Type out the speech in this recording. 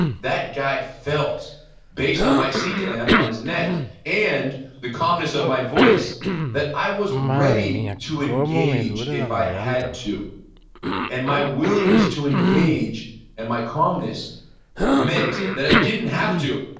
that guy felt based on my c clamp on his neck and the calmness of my voice that i was ready to engage if i had to and my willingness to engage and my calmness meant that i didn't have to